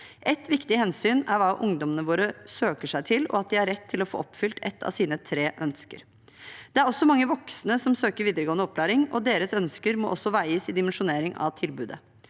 Et viktig hensyn er hva ungdommene våre søker seg til, og at de har rett til å få oppfylt ett av sine tre ønsker. Det er også mange voksne som søker videregående opplæring, og deres ønsker må også veies i dimensjonering av tilbudet.